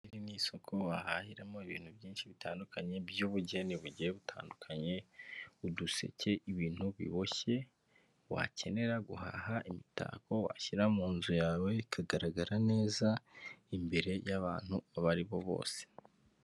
Iri ni isoko wahahiramo ibintu byinshi bitandukanye, by'ubugeni bugiye butandukanye uduseke, ibintu biboshye, wakenera guhaha imitako washyira mu nzu yawe, bikagaragara neza imbere y'abantu abo aribo bose.